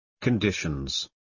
Conditions